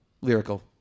Lyrical